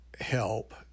help